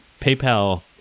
PayPal